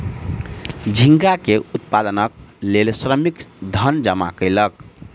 झींगा के उत्पादनक लेल श्रमिक धन जमा कयलक